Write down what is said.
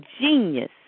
genius